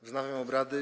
Wznawiam obrady.